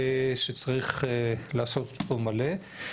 שצריך לעשות אותו מלא.